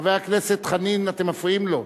חבר הכנסת חנין, אתם מפריעים לו.